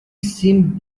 seemed